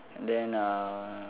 and then uh